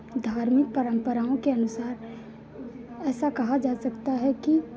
धार्मिक परम्पराओं के अनुसार ऐसा कहा जा सकता है कि